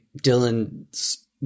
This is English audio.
dylan's